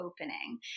opening